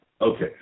Okay